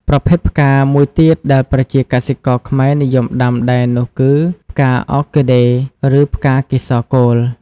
ប្រភេទផ្កាមួយទៀតដែលប្រជាកសិករខ្មែរនិយមដាំដែរនោះគឺ ផ្កា អ័រគីដេ ឬ ផ្កាកេសរកូល។